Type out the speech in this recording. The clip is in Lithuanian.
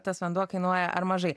tas vanduo kainuoja ar mažai